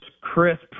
crisp